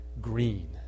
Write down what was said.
green